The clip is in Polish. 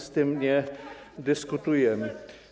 Z tym nie dyskutujemy.